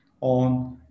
on